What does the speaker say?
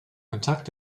kontakt